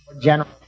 General